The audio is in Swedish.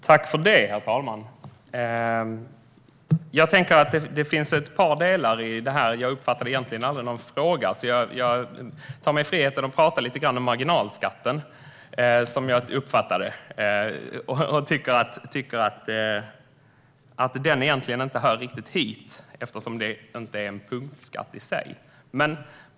Herr talman! Det finns ett par delar i detta. Jag uppfattade egentligen aldrig någon fråga, så jag tar mig friheten att prata lite om marginalskatten, som jag uppfattade. Den hör egentligen inte riktigt hit eftersom den inte är en punktskatt i sig.